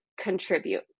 contribute